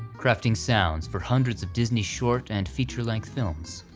crafting sounds for hundreds of disney short and feature length films.